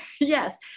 Yes